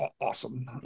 awesome